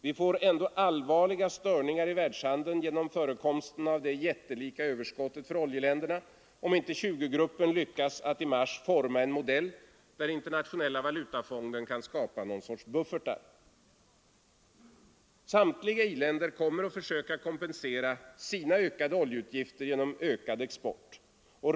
Vi får ändå allvarliga störningar i världshandeln genom förekomsten av det jättelika överskottet för oljeländerna, om inte 20-gruppen lyckas att i mars forma en modell där internationella valutafonden kan skapa någon sorts buffertar. Samtliga i-länder kommer att försöka kompensera sina ökade oljeutgifter genom ökad export.